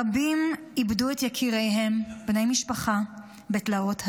רבים איבדו את יקיריהם, בני משפחה, בתלאות הדרך.